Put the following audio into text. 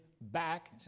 back